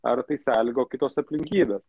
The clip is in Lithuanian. ar tai sąlygojo kitos aplinkybės